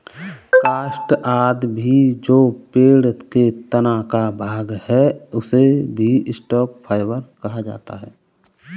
काष्ठ आदि भी जो पेड़ के तना का भाग है, उसे भी स्टॉक फाइवर कहा जाता है